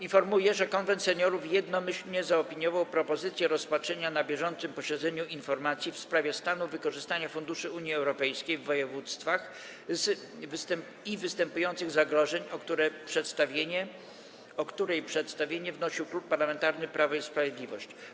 Informuję, że Konwent Seniorów jednomyślnie zaopiniował propozycję rozpatrzenia na bieżącym posiedzeniu informacji w sprawie stanu wykorzystania funduszy Unii Europejskiej w województwach i występujących zagrożeń, o której przedstawienie wnosił Klub Parlamentarny Prawo i Sprawiedliwość.